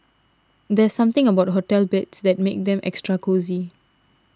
there's something about hotel beds that makes them extra cosy